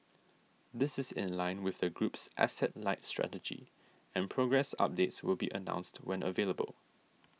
this is in line with the group's asset light strategy and progress updates will be announced when available